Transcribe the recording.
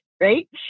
right